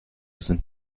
sind